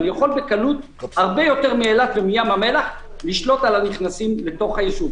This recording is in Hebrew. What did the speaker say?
אני יכול בקלות הרבה יותר מאילת ומים המלח לשלוט על הנכנסים ליישוב.